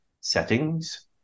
settings